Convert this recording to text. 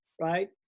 right